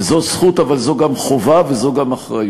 וזו זכות, אבל זו גם חובה וזו גם אחריות.